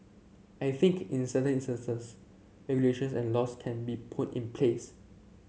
I think in certain instances regulations and laws can be put in place